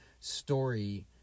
story